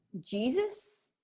Jesus